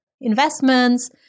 investments